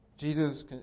Jesus